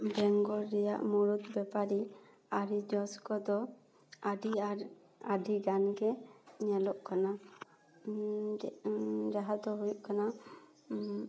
ᱵᱮᱝᱜᱚᱞ ᱨᱮᱭᱟ ᱢᱩᱲᱩᱫ ᱵᱮᱯᱟᱨᱤ ᱟᱹᱨᱤ ᱡᱚᱥᱠᱚᱫᱚ ᱟᱹᱰᱤ ᱟᱨ ᱟᱹᱰᱤ ᱜᱟᱱ ᱜᱮ ᱧᱮᱞᱚᱜ ᱠᱟᱱᱟ ᱡᱟᱦᱟᱸᱫᱚ ᱦᱩᱭᱩᱜ ᱠᱟᱱᱟ